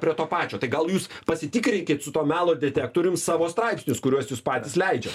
prie to pačio tai gal jūs pasitikrinkit su tuo melo detektorium savo straipsnius kuriuos jūs patys leidžiat